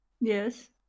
Yes